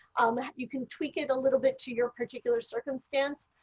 you can tweak it a little bit to your particular circumstance,